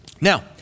Now